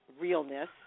realness